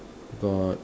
got